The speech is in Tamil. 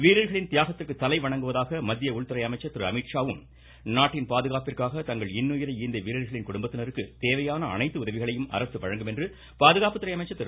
வீரர்களின் தியாகத்திற்கு தலைவணங்குவதாக மத்திய உள்துறை அமைச்சர் திரு அமீத்ஷாவும் நாட்டின் பாதுகாப்பிற்காக இன்னுயிரை ஈந்த வீரர்களின் குடும்பத்தினருக்கு தேவையான அனைத்து உதவிகளையும் அரசு வழங்கும் என பாதுகாப்புத்துறை அமைச்சர் திரு